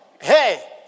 Hey